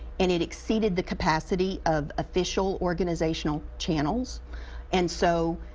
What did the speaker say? and it exceeded the capacity of official organizational channels and so,